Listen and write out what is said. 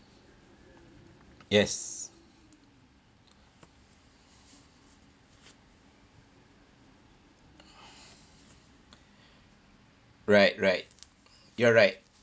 yes right right you're right